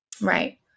right